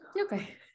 okay